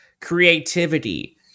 creativity